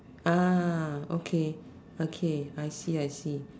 okay okay I see I see